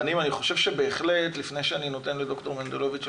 אני רואה שישתמשו גם ב-MMPI ובוודאי יש שם איזשהם מדדים